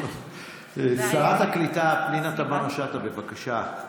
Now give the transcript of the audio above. שרת הקליטה פנינה תמנו שטה, בבקשה.